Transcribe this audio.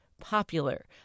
Popular